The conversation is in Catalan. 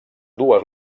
dues